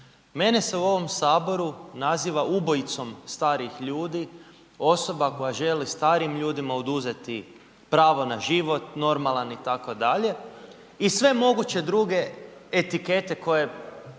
Mene se u ovom Saboru naziva ubojicom starih ljudi, osoba koja želi starim ljudima oduzeti pravo na život normalan itd. i sve moguće druge etikete koje